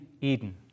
Eden